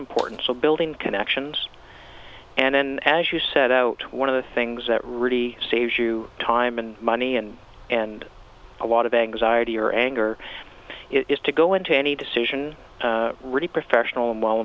important so building connections and then as you set out one of the things that really saves you time and money and and a lot of anxiety or anger is to go into any decision really professional and well